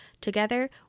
Together